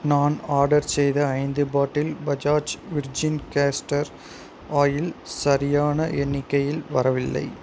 நான் ஆடர் செய்த ஐந்து bottle Bajaj virgin castor oil சரியான எண்ணிக்கையில் வரவில்லை